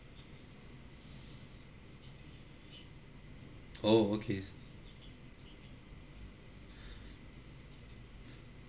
oh okay